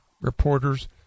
reporters